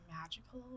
magical